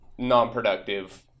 nonproductive